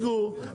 אין בעיה,